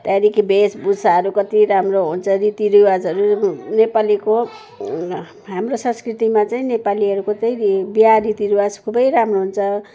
त्यहाँदेखि वेशभूषाहरू कति राम्रो हुन्छ रीतिरिवाजहरू नेपालीको हाम्रो संस्कृतिमा चाहिँ नि नेपालीहरूको चाहिँ नि बिहा रीतिरिवाज खुबै राम्रो हुन्छ